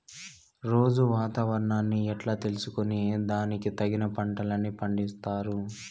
రోజూ వాతావరణాన్ని ఎట్లా తెలుసుకొని దానికి తగిన పంటలని పండిస్తారు?